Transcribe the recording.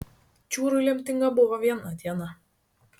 čiūrui lemtinga buvo viena diena